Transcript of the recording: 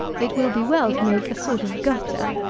it will be well to make a sort of gutter,